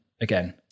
again